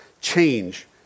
change